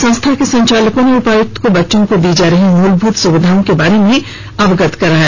संस्था के संचालकों ने उपायुक्त को बच्चों को दी जा रही मूलभूत सुविधाओं के बारे में अवगत कराया